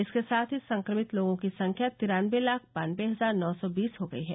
इसके साथ ही संक्रमित लोगों की संख्या तिरानबे लाख बानबे हजार नौ सौ बीस हो गई है